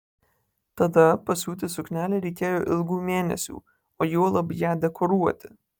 tada pasiūti suknelę reikėjo ilgų mėnesių o juolab ją dekoruoti